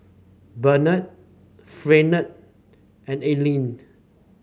Barnard Fernand and Alline